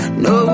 no